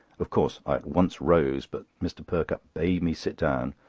of course, i at once rose, but mr. perkupp bade me sit down,